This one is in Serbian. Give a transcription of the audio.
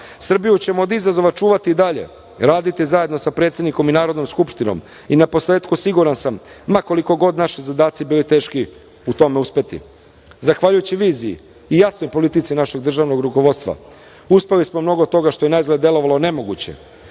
narodu. Srbiju ćemo od izazova čuvati i dalje, raditi zajedno sa predsednikom i Narodnom skupštinom i na posletku, siguran sam, ma koliko god naši zadaci bili teški, u tome uspeti. Zahvaljujući viziji i jasnoj politici našeg državnog rukovodstva uspeli smo mnogo toga što je naizgled delovalo nemoguće.